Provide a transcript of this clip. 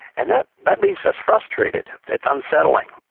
and that that leaves us frustrated, it's unsettling,